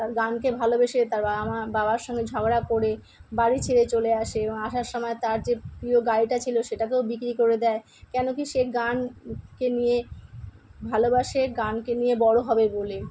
তার গানকে ভালোবেসে তার বাবা মা বাবার সঙ্গে ঝগড়া করে বাড়ি ছেড়ে চলে আসে এবং আসার সময় তার যে প্রিয় গাড়িটা ছিলো সেটাকেও বিক্রি করে দেয় কেন কি সে গানকে নিয়ে ভালোবাসে গানকে নিয়ে বড়ো হবে বলে